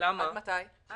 לגבש מתווה מלא,